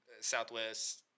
Southwest